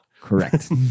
correct